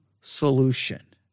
solution